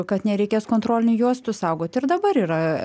kad nereikės kontrolinių juostų saugot ir dabar yra